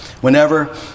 Whenever